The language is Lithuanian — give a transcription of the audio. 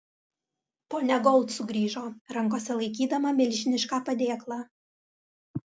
ponia gold sugrįžo rankose laikydama milžinišką padėklą